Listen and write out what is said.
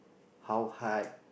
how hard